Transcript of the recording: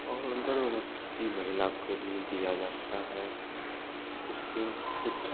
और गर्भवती महिला को भी दिया जाता है उसके कुछ